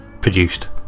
produced